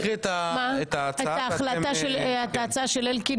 אני רוצה להקריא את ההצעה --- את ההצעה של אלקין,